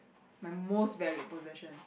my most valued possession